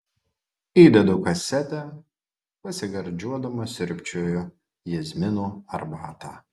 įdedu kasetę pasigardžiuodama sriubčioju jazminų arbatą